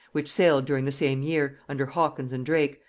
which sailed during the same year, under hawkins and drake,